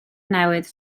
newydd